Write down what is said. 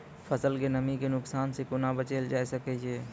फसलक नमी के नुकसान सॅ कुना बचैल जाय सकै ये?